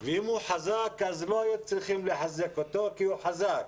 ואם הוא חזק אז לא היו צריכים לחזק אותו כי הוא חזק,